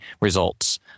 results